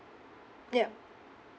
yup